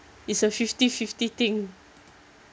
it's a fifty fifty thing